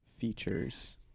features